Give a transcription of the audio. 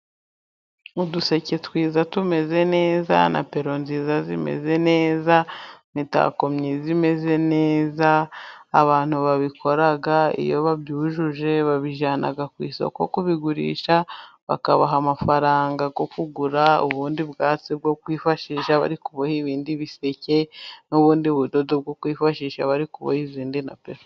Uduseke twiza tumeze neza, na pero nziza zimeze neza, imitako myiza imeze neza, abantu babikora iyo babyujuje babijyana ku isoko kubigurisha, bakabaha amafaranga yo kugura ubundi bwatsi bwo kwifashisha bari kuboha ibindi biseke ,n'ubundi budodo bwo kwifashisha bari kuboha izindi na pero.